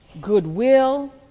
goodwill